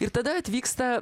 ir tada atvyksta